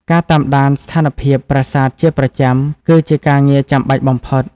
ការតាមដានស្ថានភាពប្រាសាទជាប្រចាំ គឺជាការងារចាំបាច់បំផុត។